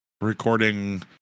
recording